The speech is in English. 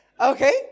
Okay